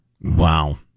Wow